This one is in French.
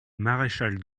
maréchal